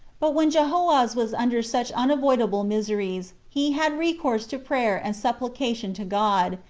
but when jehoahaz was under such unavoidable miseries, he had recourse to prayer and supplication to god,